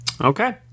Okay